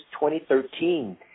2013